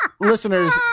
Listeners